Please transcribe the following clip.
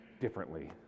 differently